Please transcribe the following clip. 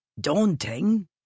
Daunting